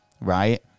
right